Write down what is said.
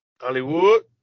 Hollywood